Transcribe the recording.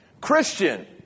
Christian